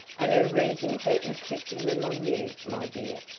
and her reason for inflicting them on you, my dear,